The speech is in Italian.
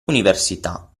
università